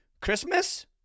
Christmas